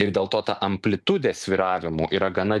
ir dėl to ta amplitudė svyravimų yra gana